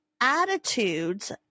attitudes